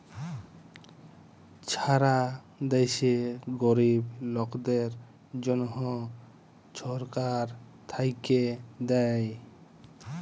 ছারা দ্যাশে গরিব লকদের জ্যনহ ছরকার থ্যাইকে দ্যায়